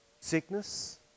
Sickness